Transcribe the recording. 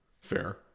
Fair